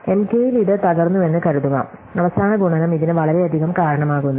M k ൽ ഇത് തകർന്നുവെന്ന് കരുതുക അവസാന ഗുണനം ഇതിന് വളരെയധികം കാരണമാകുന്നു